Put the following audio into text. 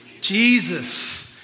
Jesus